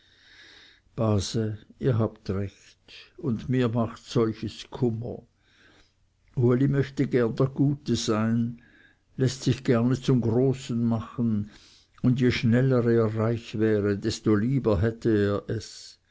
base ihr habt recht und mir macht solches kummer uli möchte gerne der gute sein läßt sich gerne zum großen machen und je schneller er reich wäre desto lieber hätte er es